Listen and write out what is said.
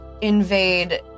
invade